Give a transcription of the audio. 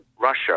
Russia